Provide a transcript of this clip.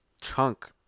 chunk